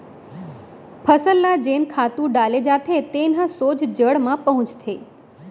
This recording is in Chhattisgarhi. फसल ल जेन खातू डाले जाथे तेन ह सोझ जड़ म पहुंचथे